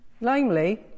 Namely